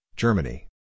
Germany